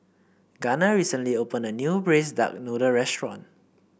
Gunner recently opened a new Braised Duck Noodle restaurant